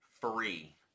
free